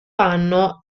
anno